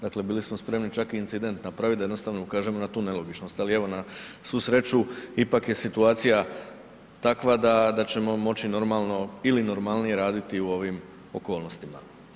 Dakle bili smo spremni čak i incident napraviti da jednostavno ukažemo na tu nelogičnost, ali evo, na svu sreću ipak je situacija takva da ćemo moći normalno ili normalnije raditi u ovim okolnostima.